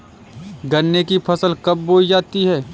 गन्ने की फसल कब बोई जाती है?